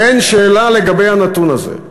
ואין שאלה לגבי הנתון הזה.